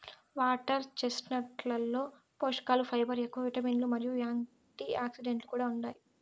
water చెస్ట్నట్లలో పోషకలు fibre ఎక్కువ, విటమిన్లు మరియు యాంటీఆక్సిడెంట్లు కూడా ఉంటాయి